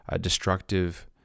destructive